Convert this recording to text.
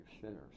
sinners